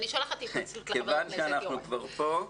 כיוון שאנחנו כבר פה,